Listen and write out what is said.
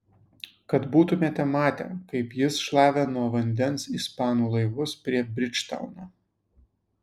kad būtumėte matę kaip jis šlavė nuo vandens ispanų laivus prie bridžtauno